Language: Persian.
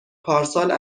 پارسال